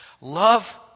Love